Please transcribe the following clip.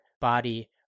body